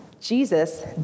Jesus